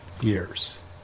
years